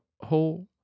Whole